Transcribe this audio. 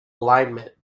alignment